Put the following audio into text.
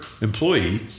employee